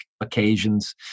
occasions